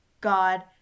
God